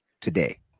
today